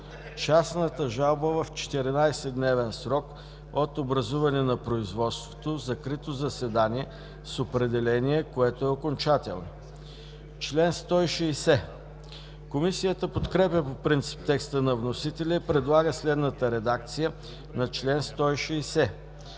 частната жалба в 14 дневен срок от образуване на производството в закрито заседание с определение, което е окончателно.“ Комисията подкрепя по принцип текста на вносителя и предлага следната редакция на чл. 160: